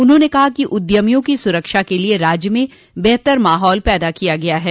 उन्होंने कहा कि उद्यमियों की सुरक्षा के लिये राज्य में बेहतर माहौल पैदा किया गया है